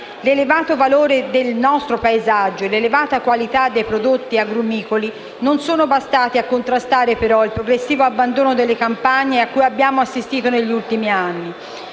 L'elevato valore del nostro paesaggio e l'elevata qualità dei prodotti agrumicoli non sono bastati, però, a contrastare il progressivo abbandono delle campagne a cui abbiamo assistito negli ultimi anni.